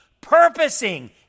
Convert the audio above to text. purposing